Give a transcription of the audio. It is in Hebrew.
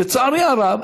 לצערי הרב,